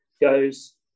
goes